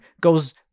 goes